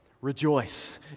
rejoice